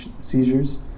seizures